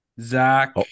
Zach